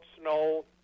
snow